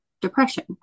depression